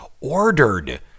ordered